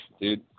Dude